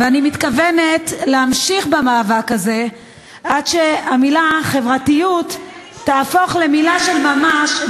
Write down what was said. ואני מתכוונת להמשיך במאבק הזה עד שהמילה "חברתיות" תהפוך למילה של ממש,